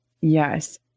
Yes